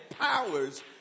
powers